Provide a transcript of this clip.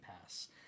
Pass